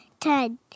ten